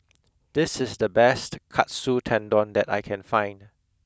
this is the best Katsu Tendon that I can find